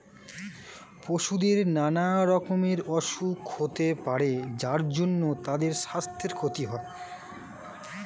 পশুদের নানা রকমের অসুখ হতে পারে যার জন্যে তাদের সাস্থের ক্ষতি হয়